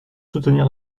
soutenir